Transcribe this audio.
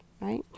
Right